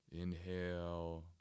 Inhale